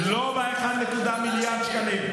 ב-1.1 מיליארד שקלים.